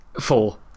Four